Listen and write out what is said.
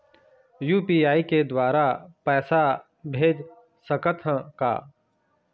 UPI के द्वारा पैसा भेज सकत ह का?